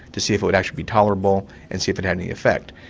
to see if it would actually be tolerable, and see if it had any effect.